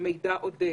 מידע עודף.